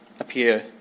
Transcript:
appear